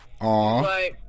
Aww